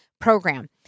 program